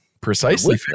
Precisely